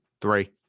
Three